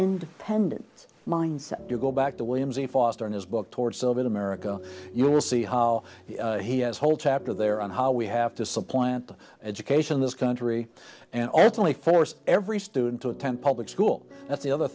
independent mind set to go back to williams a foster in his book towards urban america you will see how he has a whole chapter there on how we have to supplant education in this country and ultimately force every student to attend public school that's the other